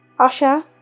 Asha